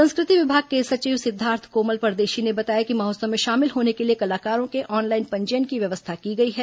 संस्कृति विभाग के सचिव सिद्दार्थ कोमल परदेशी ने बताया कि महोत्सव में शामिल होने के लिए कलाकारों के ऑनलाइन पंजीयन की व्यवस्था की गई है